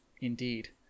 Indeed